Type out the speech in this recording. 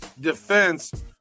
defense